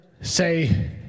say